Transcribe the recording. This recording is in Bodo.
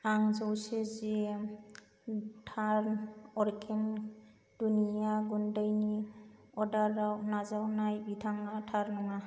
आं जौसे जिएम टार्न अर्गेनिक दुन्दिया गुन्दैनि अर्डाराव नाजावनाय बिबाङा थार नङा